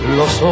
los